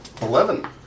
Eleven